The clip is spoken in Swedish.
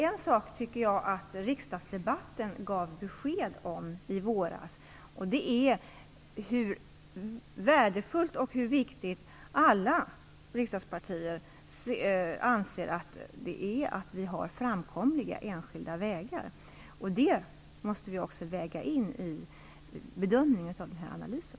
En sak tycker jag att riksdagsdebatten i våras gav besked om, nämligen hur värdefullt och viktigt alla riksdagspartier anser att det är att vi har framkomliga enskilda vägar. Det måste vi också väga in i bedömningen av analysen.